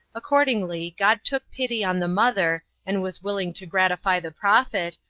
accordingly god took pity on the mother, and was willing to gratify the prophet,